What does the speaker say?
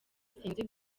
sinzi